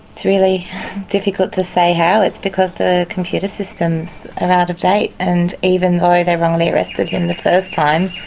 it's really difficult to say how. it's because the computer systems are out of date, and even though they wrongly arrested him the first time,